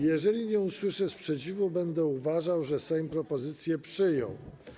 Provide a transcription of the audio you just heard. Jeżeli nie usłyszę sprzeciwu, będę uważał, że Sejm propozycję przyjął.